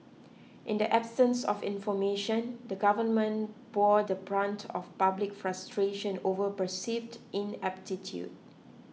in the absence of information the government bore the brunt of public frustration over perceived ineptitude